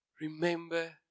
Remember